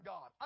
God